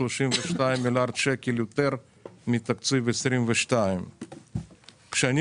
32 מיליארד שקל יותר מתקציב 2022. כשאני